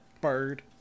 Bird